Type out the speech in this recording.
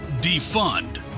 Defund